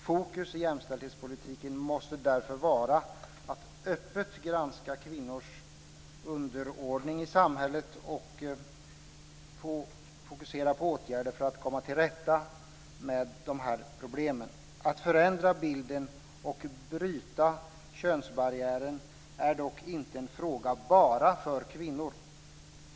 Fokus i jämställdhetspolitiken måste därför sättas på att man öppet granskar kvinnors underordning i samhället och på åtgärder för att komma till rätta med problemen. Att förändra bilden och bryta könsbarriären är dock inte en fråga bara för kvinnor.